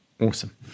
awesome